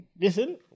listen